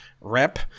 Rep